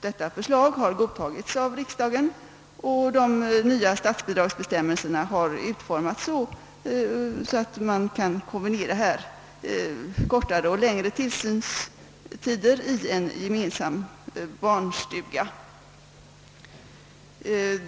Detta förslag har godtagits av riksdagen, och de nya bidragsbestämmelser na har utformats så att man kan kombinera kortare och längre tillsynstider 1 en gemensam barnstuga.